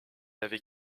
avait